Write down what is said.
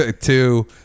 Two